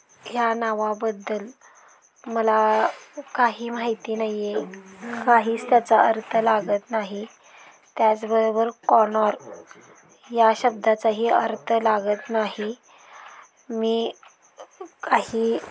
ह्या नावाबद्दल मला काही माहिती नाही आहे काहीच त्याचा अर्थ लागत नाही त्याचबरोबर कोनॉर या शब्दाचाही अर्थ लागत नाही मी काही